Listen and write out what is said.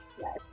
Yes